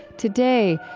today,